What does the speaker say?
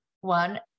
one